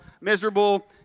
miserable